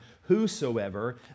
whosoever